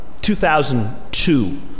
2002